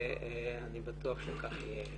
אני בטוח שכך יהיה.